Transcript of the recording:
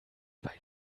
weil